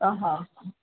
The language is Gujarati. અ હ